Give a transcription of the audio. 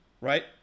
right